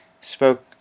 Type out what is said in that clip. spoke